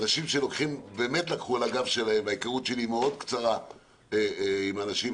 אנשים שבאמת לקחו על הגב שלהם וההיכרות שלי היא מאוד קצרה עם האנשים,